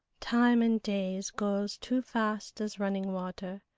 time and days goes too fast as running water.